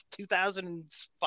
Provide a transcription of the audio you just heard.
2005